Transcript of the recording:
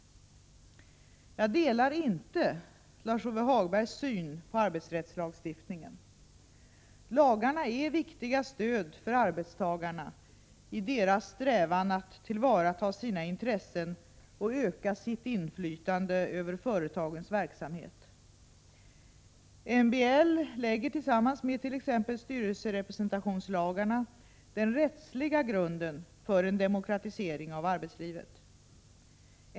Jag delar inte Lars-Ove Hagbergs syn på arbetsrättslagstiftningen. Lagarna är viktiga stöd för arbetstagarna i deras strävan att tillvarata sina intressen och öka sitt inflytande över företagens verksamhet. MBL lägger, tillsammans med t.ex. styrelserepresentationslagarna, den rättsliga grunden för en demokratisering av arbetslivet.